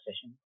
session